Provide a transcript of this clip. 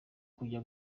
kujya